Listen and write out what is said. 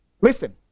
listen